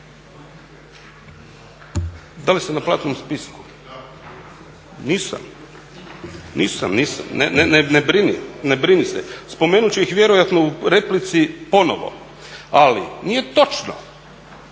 Da li sam na platnom spisku? Nisam, nisam. Ne brini se. Spomenut ću ih vjerojatno u replici ponovo. Ali nije točno